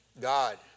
God